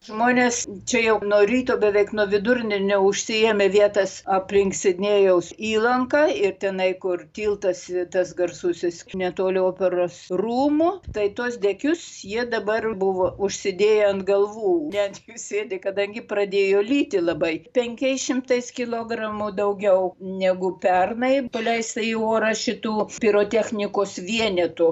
žmonės čia jau nuo ryto beveik nuo vidurdienio užsiėmę vietas aplink sidnėjaus įlanką ir tenai kur tiltas tas garsusis netoli operos rūmų tai tuos dekius jie dabar buvo užsidėję ant galvų ne ant jų sėdi kadangi pradėjo lyti labai penkiais šimtais kilogramų daugiau negu pernai paleista į orą šitų pirotechnikos vienetų